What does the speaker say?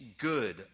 good